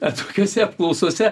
a tokiose apklausose